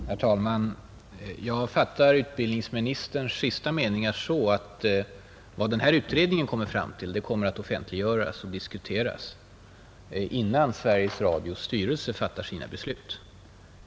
Herr talman! Jag fattar utbildningsministerns sista meningar så att vad denna utredning kommer fram till kommer att offentliggöras och diskuteras innan Sveriges Radios styrelse fattar sina beslut.